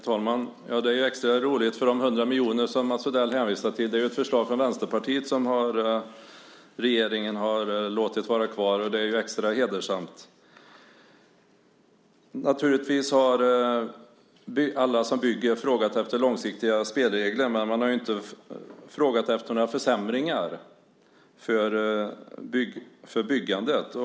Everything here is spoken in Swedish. Herr talman! Det är extra roligt, för de 100 miljoner som Mats Odell hänvisar till är ett förslag från Vänsterpartiet som regeringen har låtit vara kvar. Det är extra hedersamt. Alla som bygger har naturligtvis frågat efter långsiktiga spelregler, men man har inte frågat efter några försämringar för byggandet.